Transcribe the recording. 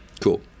Cool